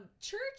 Church